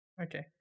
Okay